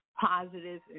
positive